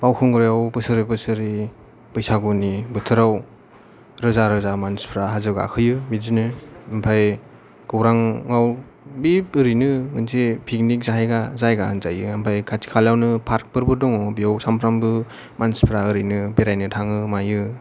बावखुंग्रियाव बोसोरे बोसोरे बैसागुनि बोथोराव रोजा रोजा मानसिफ्रा हाजो गाखोयो बिदिनो ओमफाय गौरांयाव बेओरैनो फिकनिक जाहैग्रा जायगा होनजायो ओमफाय खाथि खालायावनो फार्क फोरबो दङ बेयाव सानफ्रोमबो मानसिफ्रा ओरैनो बोरायनो थाङो मायो